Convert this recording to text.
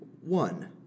one